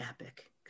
epic